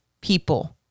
people